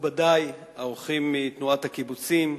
מכובדי האורחים מתנועת הקיבוצים,